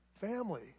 family